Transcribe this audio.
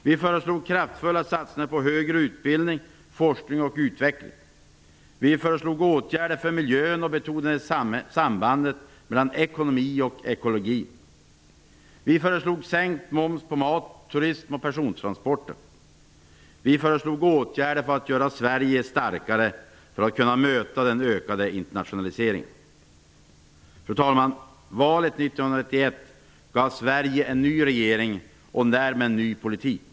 Vi föreslog kraftfulla satsningar på högre utbildning, forskning och utveckling. Vi föreslog åtgärder för miljön och betonade sambandet mellan ekonomi och ekologi. Vi föreslog sänkt moms på mat, turism och persontransporter. Vi föreslog åtgärder för att göra Sverige starkare för att kunna möta den ökade internationaliseringen. Fru talman! Valet 1991 gav Sverige en ny regering och därmed en ny politik.